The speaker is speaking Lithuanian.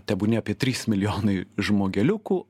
tebūnie apie trys milijonai žmogeliukų